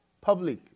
Public